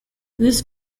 this